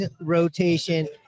rotation